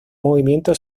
movimiento